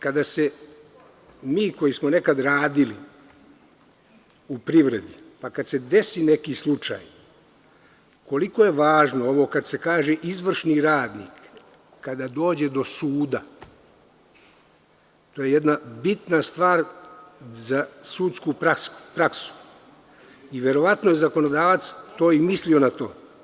Kada se mi koji smo nekada radili u privredi, pa kada se desi neki slučaj, koliko je važno ovo kada se kaže - izvršni radnik, kada dođe do suda, to je jedna bitna stvar za sudsku praksu i verovatno je zakonodavac i mislio na to.